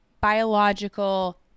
biological